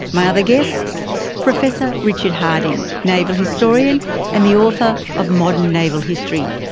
my other guests professor richard harding, naval historian and the author of modern naval history,